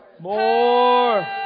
More